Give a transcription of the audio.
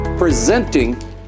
Presenting